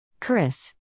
Chris